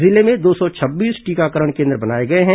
जिले में दो सौ छब्बीस टीकाकरण केन्द्र बनाये गये हैं